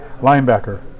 Linebacker